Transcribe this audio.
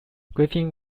griffin